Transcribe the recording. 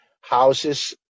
houses